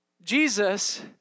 Jesus